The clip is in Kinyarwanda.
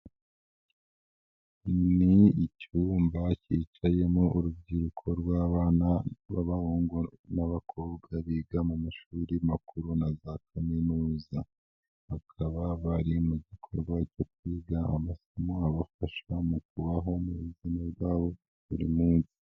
Ni icyumba cyicayemo urubyiruko rw'abana b'abahungu n'abakobwa biga mu mashuri makuru na za Kaminuza. Bakaba bari mu gikorwa cyo kwiga amasomo abafasha mu kubaho mu buzima bwabo bwa buri munsi.